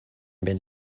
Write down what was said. been